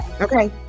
Okay